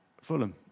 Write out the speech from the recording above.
Fulham